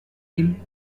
mil